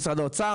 משרד האוצר,